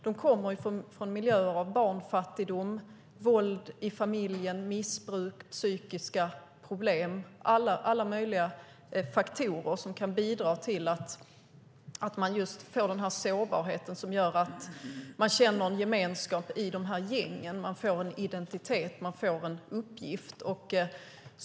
De kommer från miljöer med barnfattigdom, våld i familjen, missbruk och psykiska problem. Det kan vara alla möjliga faktorer som bidrar till att skapa den sårbarhet som gör att man känner gemenskap i dessa gäng, att man får en identitet, att man får en uppgift.